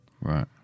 Right